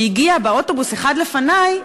שהגיע באוטובוס אחד לפני,